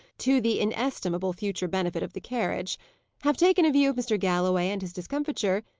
to the inestimable future benefit of the carriage have taken a view of mr. galloway and his discomfiture,